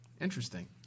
Interesting